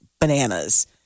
bananas